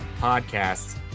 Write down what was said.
podcasts